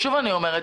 שוב אני אומרת,